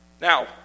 Now